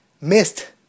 missed